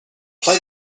play